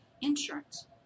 insurance